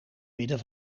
midden